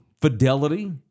fidelity